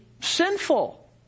sinful